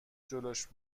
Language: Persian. جلوش